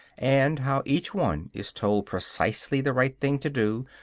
and how each one is told precisely the right thing to do,